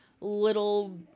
little